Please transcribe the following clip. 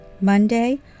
Monday